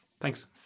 Thanks